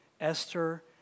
Esther